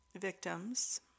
victims